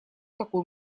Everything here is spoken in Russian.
такой